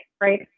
right